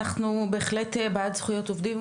אנחנו בהחלט בעד זכויות עובדים,